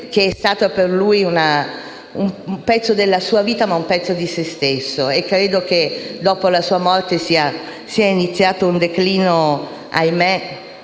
che è stato un pezzo della sua vita e di se stesso. Credo che dopo la sua morte sia iniziato un declino - ahimè